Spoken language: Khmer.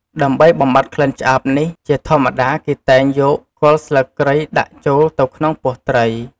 ដើម្បីបំបាត់ក្លិនឆ្អាបនេះ ជាធម្មតាគេតែងយកគល់ស្លឹកគ្រៃដាក់ចូលទៅក្នុងពោះត្រី។